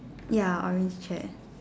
ya orange chair